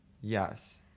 Yes